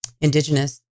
Indigenous